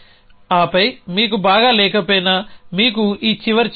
ఆపై మీకు బాగా లేకపోయినా మీకు ఈ చివరి చెక్ ఉంది